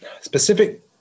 specific